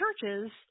churches